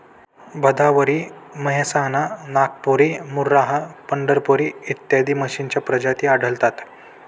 भदावरी, मेहसाणा, नागपुरी, मुर्राह, पंढरपुरी इत्यादी म्हशींच्या प्रजाती आढळतात